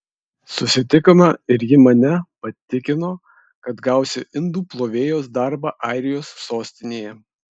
susitikome ir ji mane patikino kad gausiu indų plovėjos darbą airijos sostinėje